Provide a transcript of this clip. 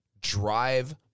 drive